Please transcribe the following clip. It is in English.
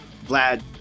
Vlad